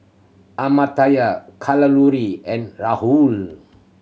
Amartya Kalluri and Rahul